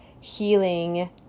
healing